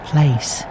place